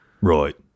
Right